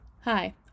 Hi